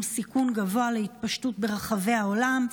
עם סיכון גבוה להתפשטות ברחבי העולם.